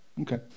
okay